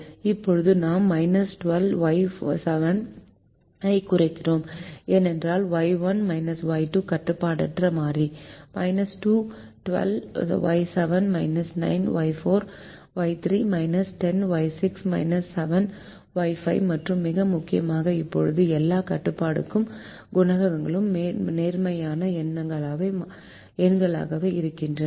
இப்போது நாம் 12Y7 ஐக் குறைத்துள்ளோம் ஏனென்றால் Y1 Y2 கட்டுப்பாடற்ற மாறி 12Y7 9Y3 10Y6 7Y5 மற்றும் மிக முக்கியமாக இப்போது எல்லா கட்டுப்பாட்டுக் குணகங்களும் நேர்மறையான எண்களாக இருக்கின்றன